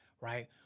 Right